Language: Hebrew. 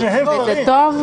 וזה טוב?